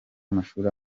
amashuri